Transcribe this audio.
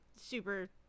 super